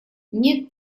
нет